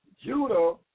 Judah